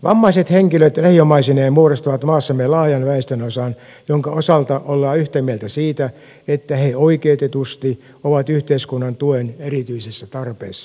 vammaiset henkilöt lähiomaisineen muodostavat maassamme laajan väestönosan jonka osalta ollaan yhtä mieltä siitä että he oikeutetusti ovat yhteiskunnan tuen erityisessä tarpeessa